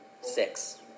Six